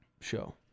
show